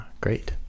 great